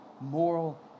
moral